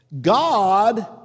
God